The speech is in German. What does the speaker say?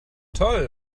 toll